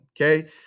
Okay